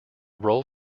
role